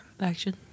Action